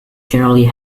generally